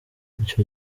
ico